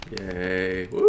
Yay